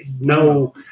No